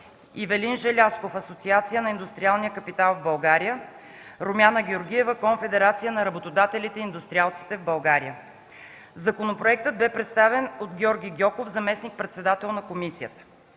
Ивелин Желязков – Асоциация на индустриалния капитал в България; Румяна Георгиева – Конфедерация на работодателите и индустриалците в България. Законопроектът бе представен от Георги Гьоков – заместник-председател на комисията.